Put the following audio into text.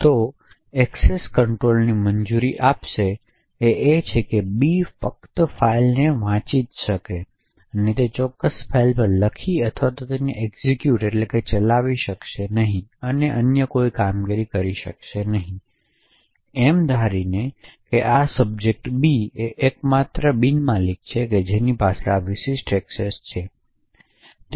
તો એક્સેસ કંટ્રોલને મંજૂરી આપશે તે છે કે બી ફક્ત ફાઇલને જ વાંચી શકે છે તે આ ચોક્કસ ફાઇલ પર લખી અથવા ચલાવી શકશે નહીં અથવા કોઈ અન્ય કામગીરી કરી શકશે નહીં એમ ધારીને કે આ સબ્જેક્ટ બી એકમાત્ર બિન માલિક છે જેની પાસે આ વિશિષ્ટ એક્સેસ છે